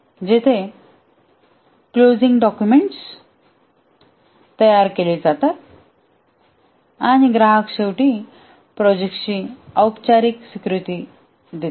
जेथे closing documents तयार केले जातात आणि ग्राहक शेवटी प्रोजेक्टाची औपचारिक स्वीकृती देतात